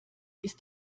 ist